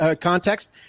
Context